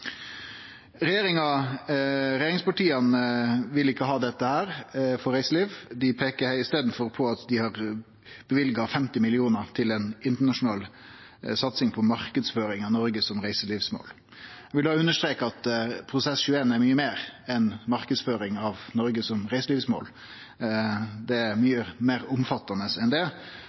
Regjeringspartia vil ikkje ha dette for reiselivet. Dei peikar i staden på at dei har løyvd 50 mill. kr til ei internasjonal satsing på marknadsføring av Noreg som reiselivsmål. Eg vil da streke under at ein 21-prosess er mykje meir enn marknadsføring av Noreg som reiselivsmål. Det er mykje meir omfattande enn det